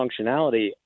functionality